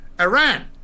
Iran